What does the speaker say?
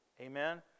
Amen